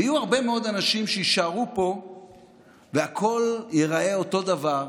ויהיו הרבה מאוד אנשים שיישארו פה והכול ייראה אותו דבר,